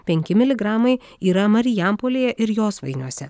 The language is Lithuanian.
penki miligramai yra marijampolėje ir josvainiuose